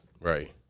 Right